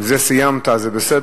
עם זה סיימת, אז זה בסדר.